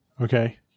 Okay